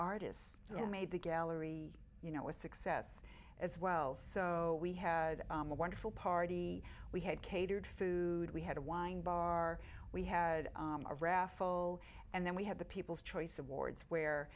artists who made the gallery you know with success as well so we had a wonderful party we had catered food we had a wine bar we had a raffle and then we had the people's choice awards where